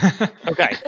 Okay